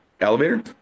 elevator